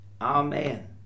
Amen